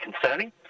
concerning